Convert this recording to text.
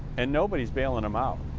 and nobody's bailing them out.